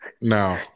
No